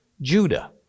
Judah